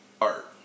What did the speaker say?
art